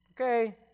Okay